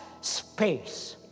space